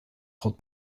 hold